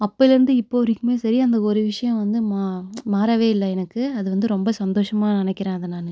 அப்போலேந்து இப்போ வரைக்கும் சரி அந்த ஒரு விஷயம் வந்து மாறவே இல்ல எனக்கு அது வந்து ரொம்ப சந்தோஷமாக நெனைக்குறேன் அதை நான்